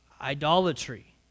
idolatry